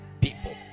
people